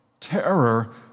Terror